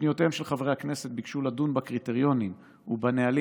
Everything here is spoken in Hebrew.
בפניותיהם חברי הכנסת ביקשו לדון בקריטריונים ובנהלים